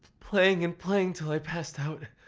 playing and playing till i passed out.